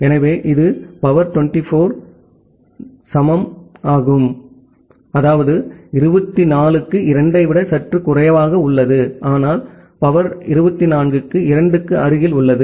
எனவே இது சக்தி 24 க்கு 2 ஐ விட சற்றே குறைவாக உள்ளது ஆனால் சக்தி 24 க்கு 2 க்கு அருகில் உள்ளது